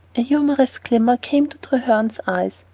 a humorous glimmer came to treherne's eyes,